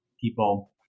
people